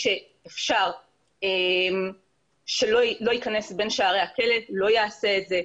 שאפשר שלא ייכנס בין שערי הכלא לא יעשה את זה.